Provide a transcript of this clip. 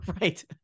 right